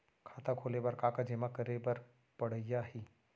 खाता खोले बर का का जेमा करे बर पढ़इया ही?